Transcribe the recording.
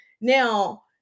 now